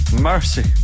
mercy